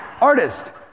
Artist